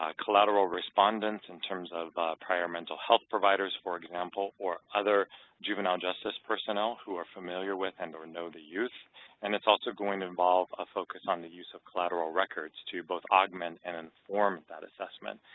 ah collateral respondents in terms of prior mental health providers, for example, or other juvenile justice personnel who are familiar with and or know the youth and it's also going to involve a focus on the use of collateral records to both augment and inform that assessment.